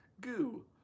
goo